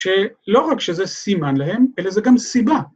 ‫שלא רק שזה סימן להם, ‫אלא זה גם סיבה.